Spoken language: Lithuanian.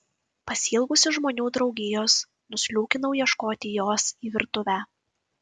pasiilgusi žmonių draugijos nusliūkinau ieškoti jos į virtuvę